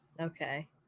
Okay